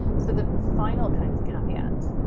so, the final kind of caveat